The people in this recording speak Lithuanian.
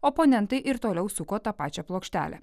oponentai ir toliau suko tą pačią plokštelę